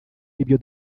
w’ibyo